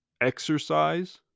exercise